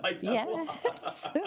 Yes